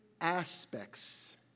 aspects